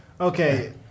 Okay